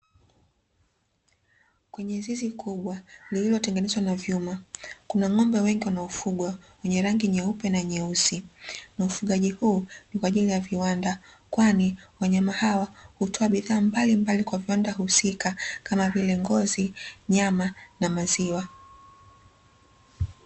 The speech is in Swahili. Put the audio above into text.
Kwenye zizi kubwa lililotengenezwa na vyuma kuna ng'ombe wengi wanaofugwa wenye rangi nyeupe na nyeusi. Na ufugaji huu ni kwa ajili ya viwanda kwani wanyama hawa hutoa bidhaa mbalimbali kwa viwanda husika kama vile: ngozi, nyama na maziwa.